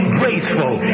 graceful